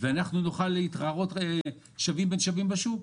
ואנחנו נוכל להתחרות שווים בין שווים בשוק.